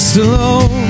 alone